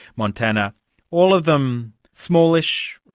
montana all of them smallish,